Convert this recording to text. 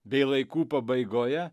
bei laikų pabaigoje